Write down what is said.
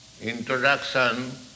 Introduction